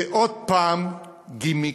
זה עוד פעם גימיק.